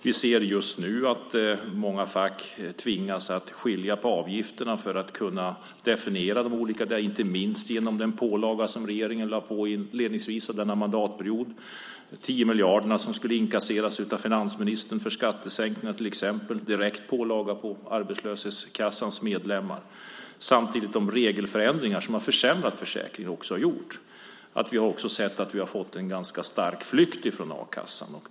Vi ser just nu att många fack tvingas skilja på avgifterna för att kunna definiera dem, inte minst genom den pålaga som regeringen lade på i inledningen av denna mandatperiod, de 10 miljarder som skulle inkasseras av finansministern för skattesänkningar - till exempel en direkt pålaga på arbetslöshetskassans medlemmar. Samtidigt har de regelförändringar som försämrat försäkringen gjort att vi har fått en ganska stark flykt från a-kassan.